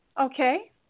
Okay